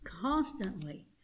constantly